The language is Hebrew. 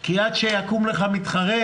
כי עד שיקום לך מתחרה,